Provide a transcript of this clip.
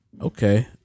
Okay